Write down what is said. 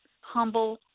humble